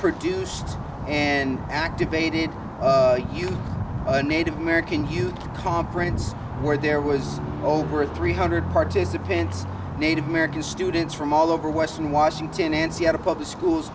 produced and activated you a native american youth conference where there was over three hundred participants native american students from all over western washington and seattle public schools